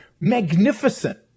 magnificent